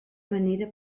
manera